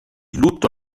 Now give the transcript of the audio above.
lutto